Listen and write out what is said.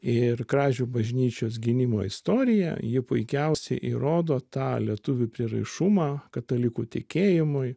ir kražių bažnyčios gynimo istoriją ji puikiausiai įrodo tą lietuvių prieraišumą katalikų tikėjimui